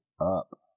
up